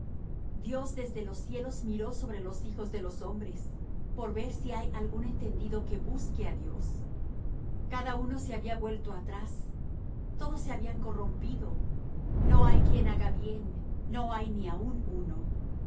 dios desde los cielos miró sobre los hijos de los hombres por ver si hay algún entendido que busque á dios cada uno se había vuelto atrás todos se habían corrompido no hay quien haga bien no hay ni aun uno